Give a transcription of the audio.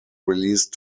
released